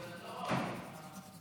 הם בבידוד, אבל אני לא רואה אותם למעלה.